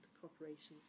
corporations